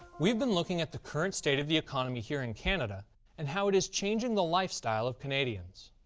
we've been looking at the current state of the economy here in canada and how it is changing the lifestyle of canadians.